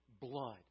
blood